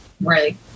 right